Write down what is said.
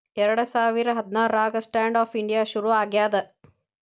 ಎರಡ ಸಾವಿರ ಹದ್ನಾರಾಗ ಸ್ಟ್ಯಾಂಡ್ ಆಪ್ ಇಂಡಿಯಾ ಶುರು ಆಗ್ಯಾದ